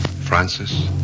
Francis